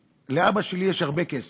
הוא אמר לי: תקשיב, לאבא שלי יש הרבה כסף,